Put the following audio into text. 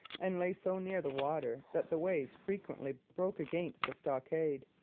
and lay so near the water that the waves frequently broke against the stockade.